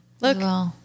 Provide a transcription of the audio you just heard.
Look